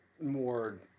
more –